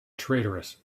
traitorous